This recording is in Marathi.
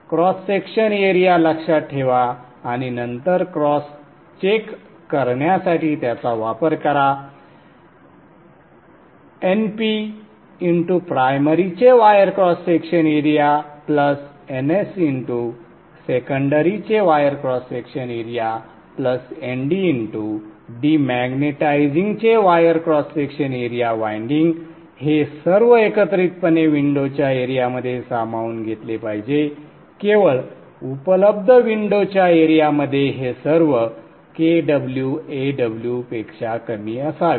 क्रॉस सेक्शन एरिया लक्षात ठेवा आणि नंतर क्रॉस चेक करण्यासाठी त्याचा वापर करा Np x प्रायमरी चे wire cross section area Ns x secondary चे wire cross section area Nd x डिमॅग्नेटिझिंगचे wire cross section area winding हे सर्व एकत्रितपणे विंडो च्या एरियामध्ये सामावून घेतले पाहिजे केवळ उपलब्ध विंडो च्या एरियामध्ये हे सर्व Kw Aw पेक्षा कमी असावे